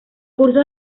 cursos